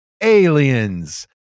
aliens